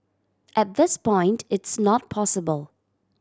at this point it's not possible